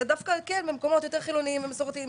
אלא במקומות של אנשים מסורתיים